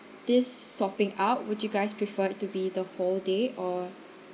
this swapping out would you guys prefer it to be the whole day or